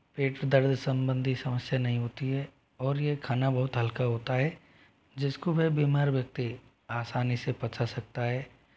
पेट दर्द सम्बंधी समस्या नहीं होती है और ये खाना बहुत हल्का होता है जिसको वह बीमार व्यक्ति आसानी से पचा सकता है